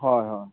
ᱦᱳᱭ ᱦᱳᱭ